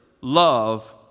love